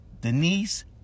Denise